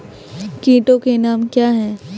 कीटों के नाम क्या हैं?